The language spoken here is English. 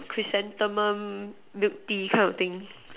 chrysanthemum milk Tea like of thing